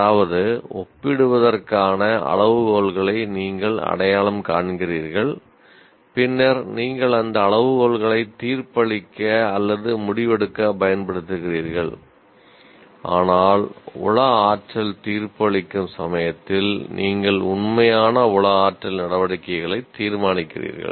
அதாவது ஒப்பிடுவதற்கான அளவுகோல்களை நீங்கள் அடையாளம் காண்கிறீர்கள் பின்னர் நீங்கள் அந்த அளவுகோல்களைத் தீர்ப்பு அளிக்க அல்லது முடிவெடுக்க பயன்படுத்துகிறீர்கள் ஆனால் உள ஆற்றல் தீர்ப்பு அளிக்கும் சமயத்தில் நீங்கள் உண்மையான உள ஆற்றல் நடவடிக்கைகளை தீர்மானிக்கிறீர்கள்